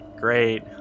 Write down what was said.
Great